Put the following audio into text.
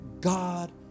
God